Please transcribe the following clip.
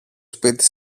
σπίτι